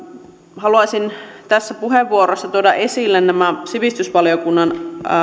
haluaisin tässä puheenvuorossa tuoda esille nämä sivistysvaliokunnan